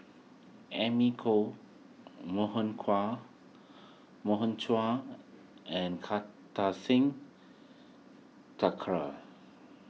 Amy Khor Morgan Kua Morgan Chua and Kartar Singh Thakral